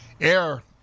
air